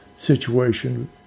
situation